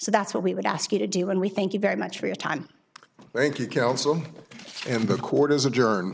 so that's what we would ask you to do and we thank you very much for your time in the court is adjourn